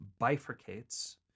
bifurcates